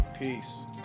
Peace